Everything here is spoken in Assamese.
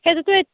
সেইটোতো